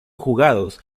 jugados